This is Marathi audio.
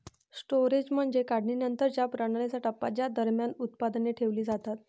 स्टोरेज म्हणजे काढणीनंतरच्या प्रणालीचा टप्पा ज्या दरम्यान उत्पादने ठेवली जातात